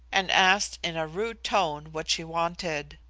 and asked in a rude tone what she wanted.